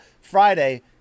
Friday